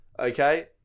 okay